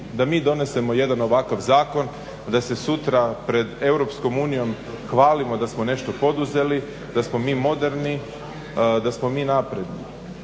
da mi donesemo jedan ovakav zakon da se sutra pred EU hvalimo da smo nešto poduzeli, da smo mi moderni, da smo mi napredni.